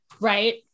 right